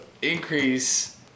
Increase